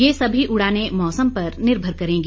ये उड़ाने मौसम पर निर्भर करेंगी